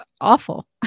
awful